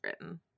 written